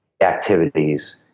activities